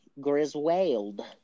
Griswold